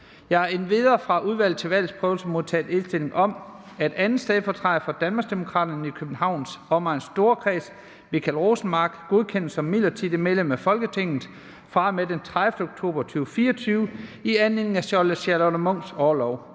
Jeg har derudover modtaget indstilling om, at 2. stedfortræder for Danmarksdemokraterne i Københavns Omegns Storkreds, Michael Rosenmark, godkendes som midlertidigt medlem af Folketinget fra den 30. oktober 2024 i anledning af Charlotte Munchs orlov.